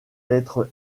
lettre